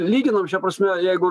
lyginam šia prasme jeigu